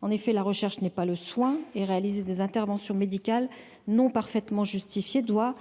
en effet la recherche n'est pas le soin et réaliser des à. Intervention médicale non parfaitement justifiée doit